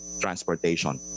transportation